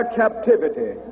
captivity